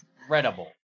incredible